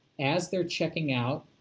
as they're checking out,